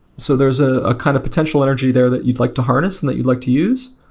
so, there's a kind of potential energy there that you'd like to harness and that you'd like to use,